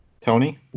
Tony